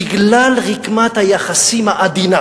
בגלל רקמת היחסים העדינה